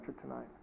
tonight